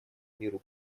миру